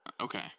Okay